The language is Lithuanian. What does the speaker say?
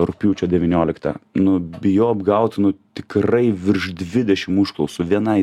rugpjūčio devyniolikta nu bijau apgaut nu tikrai virš dvidešim užklausų vienai